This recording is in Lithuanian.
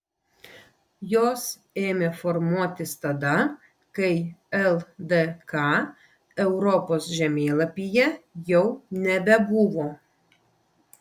jos ėmė formuotis tada kai ldk europos žemėlapyje jau nebebuvo